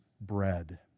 bread